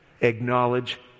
Acknowledge